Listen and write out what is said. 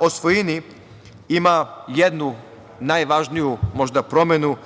o svojini ima jednu najvažniju promenu,